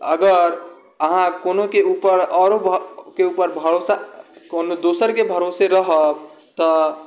अगर अहाँ कोनोके उपर आओरके उपर भरोसा कोनो दोसरके भरोसे रहब तऽ